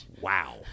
Wow